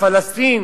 הפלסטינים,